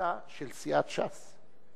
ולצמיחתה של סיעת ש"ס.